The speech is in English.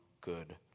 Good